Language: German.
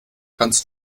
kannst